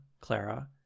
clara